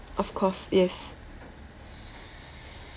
of course yes